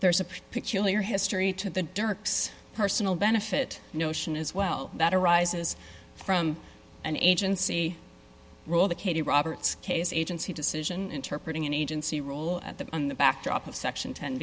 there's a peculiar history to the dirks personal benefit notion as well that arises from an agency rule the katie roberts case agency decision interpreting agency role at the in the backdrop of section twen